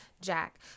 Jack